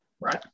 right